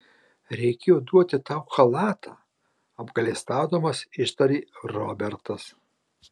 reikėjo duoti tau chalatą apgailestaudamas ištarė robertas